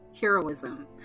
Heroism